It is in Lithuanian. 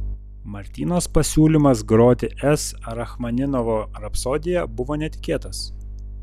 martynos pasiūlymas groti s rachmaninovo rapsodiją buvo netikėtas